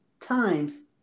times